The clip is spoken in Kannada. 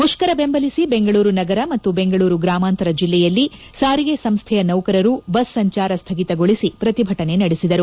ಮುಷ್ಟರ ಬೆಂಬಲಿಸಿ ಬೆಂಗಳೂರು ನಗರ ಮತ್ತು ಬೆಂಗಳೂರು ಗ್ರಾಮಾಂತರ ಜಿಲ್ಲೆಯಲ್ಲಿ ಸಾರಿಗೆ ಸಂಸ್ಲೆಯ ನೌಕರರು ಬಸ್ ಸಂಚಾರ ಸ್ದಗಿತಗೊಳಿಸಿ ಪ್ರತಿಭಟನೆ ನಡೆಸಿದರು